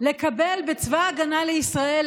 לקבל בצבא ההגנה לישראל,